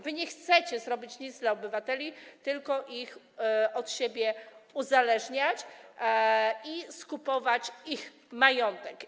Wy nie chcecie zrobić nic dla obywateli, tylko chcecie ich od siebie uzależniać i skupować ich majątek.